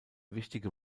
wichtige